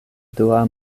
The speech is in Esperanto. dua